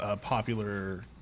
popular